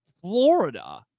Florida